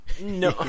No